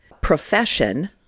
profession